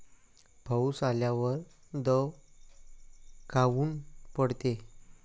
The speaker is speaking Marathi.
पाऊस आल्यावर दव काऊन पडते?